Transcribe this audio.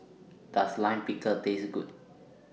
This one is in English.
Does Lime Pickle Taste Good